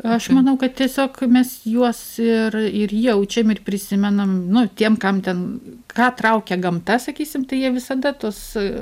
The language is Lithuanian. aš manau kad tiesiog mes juos ir ir jaučiam ir prisimenam nu tiem kam ten ką traukia gamta sakysim tai jie visada tuos